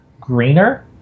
greener